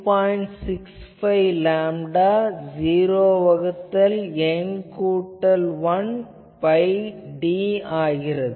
65 lambda 0 வகுத்தல் N கூட்டல் 1 by d ஆகிறது